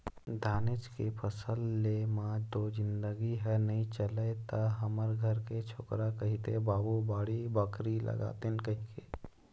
धानेच के फसल ले म तो जिनगी ह नइ चलय त हमर घर के छोकरा कहिथे बाबू बाड़ी बखरी लगातेन कहिके